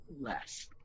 less